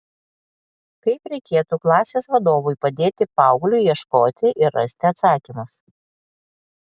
kaip reikėtų klasės vadovui padėti paaugliui ieškoti ir rasti atsakymus